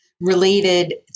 related